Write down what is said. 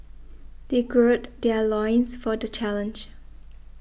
they gird their loins for the challenge